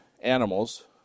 animals